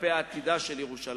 כלפי עתידה של ירושלים.